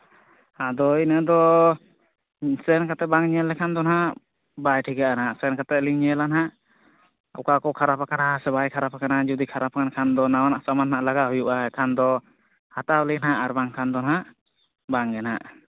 ᱟᱫᱚ ᱤᱱᱟᱹ ᱫᱚ ᱥᱮᱱ ᱠᱟᱛᱮᱫ ᱵᱟᱝ ᱧᱮᱞ ᱞᱮᱠᱷᱟᱱ ᱫᱚ ᱱᱟᱦᱟᱸᱜ ᱵᱟᱭ ᱴᱷᱤᱠᱟᱹᱜᱼᱟ ᱱᱟᱦᱟᱜ ᱥᱮᱱ ᱠᱟᱛᱮᱫ ᱞᱤᱧ ᱧᱮᱞᱟ ᱱᱟᱦᱟᱸᱜ ᱚᱠᱟ ᱠᱚ ᱠᱷᱟᱨᱟᱯ ᱠᱟᱱᱟ ᱥᱮ ᱵᱟᱭ ᱠᱷᱟᱨᱟᱯ ᱠᱟᱱᱟ ᱡᱩᱫᱤ ᱠᱷᱟᱨᱟᱯ ᱟᱠᱟᱱ ᱠᱷᱟᱱ ᱫᱚ ᱱᱟᱣᱟᱱᱟᱜ ᱥᱟᱢᱟᱱ ᱱᱟᱦᱟᱸᱜ ᱞᱟᱜᱟᱣ ᱦᱩᱭᱩᱜᱼᱟ ᱮᱱᱠᱷᱟᱱ ᱫᱚ ᱦᱟᱛᱟᱣ ᱟᱹᱞᱤᱧ ᱦᱟᱸᱜ ᱟᱨ ᱵᱟᱝ ᱠᱷᱟᱱ ᱫᱚ ᱱᱟᱦᱟᱸᱜ ᱵᱟᱝ ᱜᱮ ᱱᱟᱦᱟᱸᱜ